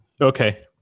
Okay